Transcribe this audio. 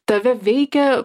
tave veikia